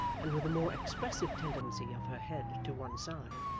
and with a more expressive tendency of her head to one side,